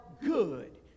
good